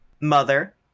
Mother